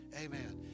Amen